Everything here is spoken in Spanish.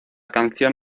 canción